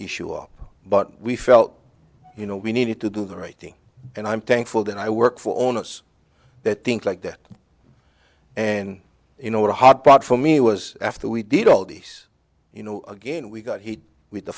issue up but we felt you know we needed to do the right thing and i'm thankful that i work for onerous that things like that and you know what a hard part for me was after we did all these you know again we got heat with the